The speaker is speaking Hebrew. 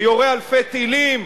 שיורה אלפי טילים,